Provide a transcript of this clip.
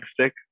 stick